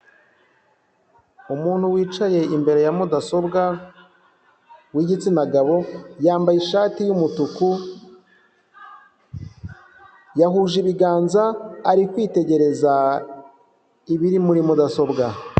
Umuntu wicaye imbere ya mudasobwa w'igitsina gabo, yambaye ishati y'umutuku, yahuje ibiganza, ari kwitegereza ibiri muri mudasobwa.